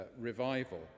revival